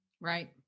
Right